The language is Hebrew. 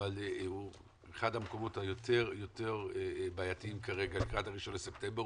אבל אחד המקומות היותר בעייתיים כרגע לקראת ה-1 בספטמבר,